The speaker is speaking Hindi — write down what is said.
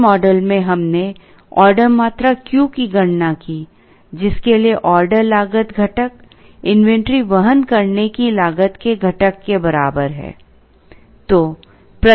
इस मॉडल में हमने ऑर्डर मात्रा Q की गणना की जिसके लिए ऑर्डर लागत घटक इन्वेंट्री वहन करने की लागत के घटक के बराबर है